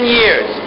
years